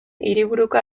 hiriburuko